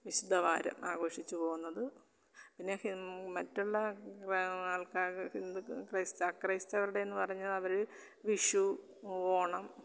വിശുദ്ധ വാരം ആഘോഷിച്ചു പോകുന്നത് പിന്നെ മറ്റുള്ള ആൾക്കാർ ആ ക്രൈസ്തവരുടെ എന്നു പറഞ്ഞത് അവർ വിഷു ഓണം